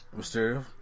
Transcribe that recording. Mysterio